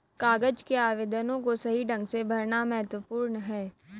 कागज के आवेदनों को सही ढंग से भरना महत्वपूर्ण है